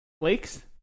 Flakes